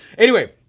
anyway,